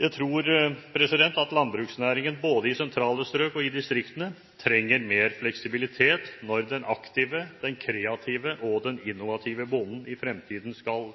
Jeg tror at landbruksnæringen både i sentrale strøk og i distriktene trenger mer fleksibilitet når den aktive, den kreative og den innovative bonden i fremtiden skal